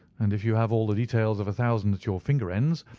and if you have all the details of a thousand at your finger ends,